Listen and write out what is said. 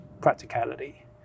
practicality